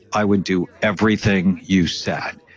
i would do everything you said.